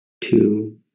two